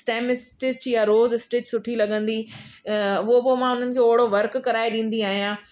स्टैमी stitch या rose stitch सुठी लॻंदी उहो बि मां उन्हनि खे ओहिड़ो वर्क कराए ॾींदी आहियां